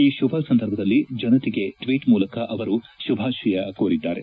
ಈ ಶುಭ ಸಂದರ್ಭದಲ್ಲಿ ಜನತೆಗೆ ಟ್ಸೀಟ್ ಮೂಲಕ ಅವರು ಶುಭಾಶಯ ಕೋರಿದ್ದಾರೆ